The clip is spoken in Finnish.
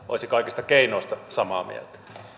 olisi kaikista keinoista samaa mieltä